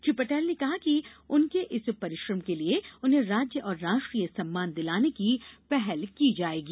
श्री पटेल ने कहा कि उनके इस परिश्रम के लिए उन्हें राज्य और राष्ट्रीय सम्मान दिलाने की पहल की जायेगी